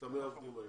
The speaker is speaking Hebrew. את ה-100 עובדים האלה.